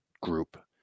group